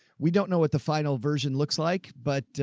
we don't know what the final version looks like, but a,